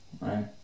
right